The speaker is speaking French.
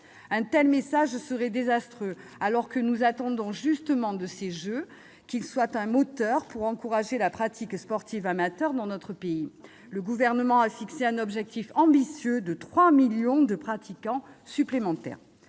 Un tel message serait désastreux, alors que nous attendons justement de ces Jeux qu'ils soient un moteur pour encourager la pratique sportive amateur dans notre pays. Le Gouvernement a fixé un objectif ambitieux de 3 millions de pratiquants supplémentaires.